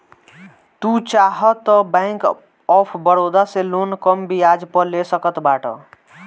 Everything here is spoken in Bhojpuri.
तू चाहअ तअ बैंक ऑफ़ बड़ोदा से लोन कम बियाज पअ ले सकत बाटअ